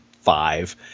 five